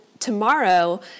Tomorrow